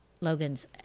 Logan's